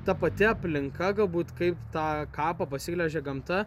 ta pati aplinka galbūt kaip tą kapą pasiglemžė gamta